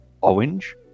orange